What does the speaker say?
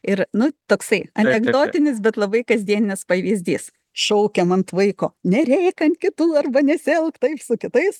ir nu toksai anekdotinis bet labai kasdieninis pavyzdys šaukiam ant vaiko nerėk ant kitų arba nesielk taip su kitais